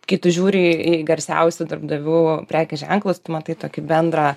kai tu žiūri į garsiausių darbdavių prekių ženklus tu matai tokį bendrą